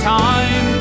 time